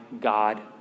God